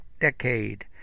decade